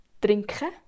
trinken